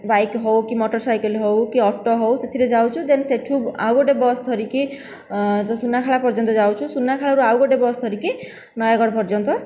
bike ହେଉ କି motorcycle ହେଉ କି ଅଟୋ ହେଉ ସେଥିରେ ଯାଉଛୁ ଦେନ ସେଇଠୁ ଆଉ ଗୋଟିଏ ବସ ଧରିକି ତ ସୁନାଖେଳା ପର୍ଯ୍ୟନ୍ତ ଯାଉଛୁ ସୁନାଖେଳାରୁ ଆଉ ଗୋଟିଏ ବସ ଧରିକି ନୟାଗଡ଼ ପର୍ଯ୍ୟନ୍ତ